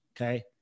Okay